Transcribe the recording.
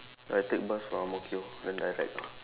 then I take bus from Ang-Mo-Kio then direct